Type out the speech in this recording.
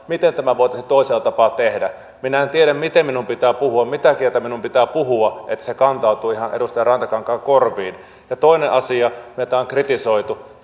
miten tämä voitaisiin toisella tapaa tehdä minä en tiedä miten minun pitää puhua mitä kieltä minun pitää puhua että se kantautuu ihan edustaja rantakankaan korviin toinen asia jota on kritisoitu